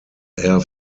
air